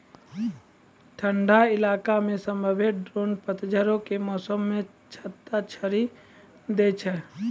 ठंडा इलाका मे सभ्भे ड्रोन पतझड़ो के मौसमो मे छत्ता छोड़ि दै छै